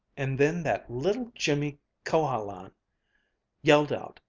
and then that little jimmy cohalan yelled out,